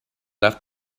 left